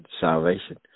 salvation